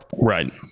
Right